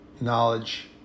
knowledge